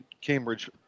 Cambridge